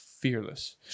fearless